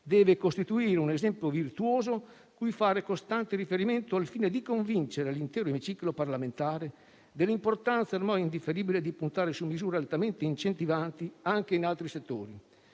deve costituire un esempio virtuoso cui fare costante riferimento, al fine di convincere l'intero emiciclo parlamentare dell'importanza ormai indifferibile di puntare su misure altamente incentivanti anche in altri settori,